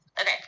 okay